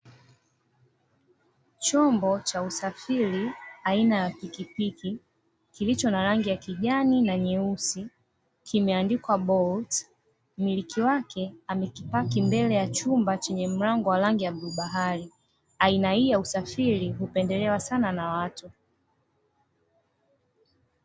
Chombo cha usafiri aina ya pikipiki, kilicho na rangi ya kijani na nyeusi, kimeandikwa "BOLT". Mmiliki wake amekipaki mbele ya chumba chenye mlango wa rangi ya bluu bahari. Aina hii ya usafiri hupendelewa sana na watu.